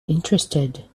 interested